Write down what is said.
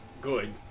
good